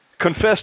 confessed